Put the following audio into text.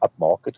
upmarket